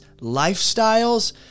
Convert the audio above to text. lifestyles